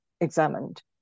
examined